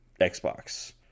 Xbox